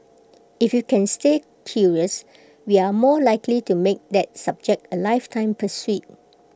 if we can stay curious we are more likely to make that subject A lifetime pursuit